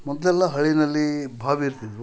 ಮೊದಲೆಲ್ಲ ಹಳ್ಳಿನಲ್ಲಿ ಬಾವಿ ಇರ್ತಿದ್ದವು